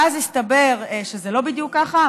ואז הסתבר שזה לא בדיוק ככה,